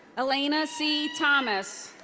alayna c. thomas.